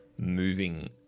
moving